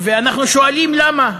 ואנחנו שואלים, למה?